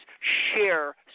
share